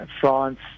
France